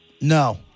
No